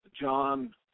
John